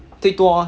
最多